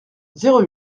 zéro